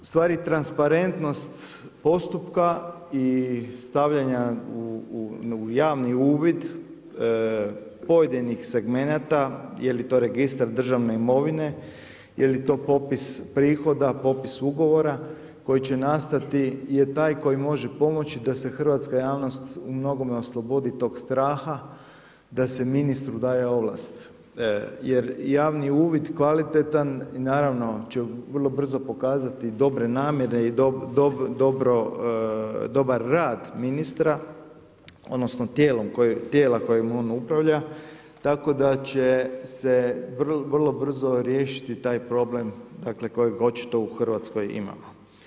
Ustvari transparentnost postupka i stavljanja u javni uvid pojedinih segmenata, jeli to registar državne imovine, jeli to popis prihoda, popis ugovora koji će nastati je taj koji može pomoći da se hrvatska javnost u mnogome oslobodi tog straha da se ministru daje ovlast jer javni uvid kvalitetan i naravno će vrlo brzo pokazati dobre namjere i dobar rad ministra odnosno tijela kojim on upravlja, tako da će se vrlo brzo riješiti taj problem kojeg očito u Hrvatskoj imamo.